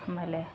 ಆಮೇಲೆ